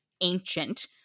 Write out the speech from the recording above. ancient